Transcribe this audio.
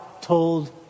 told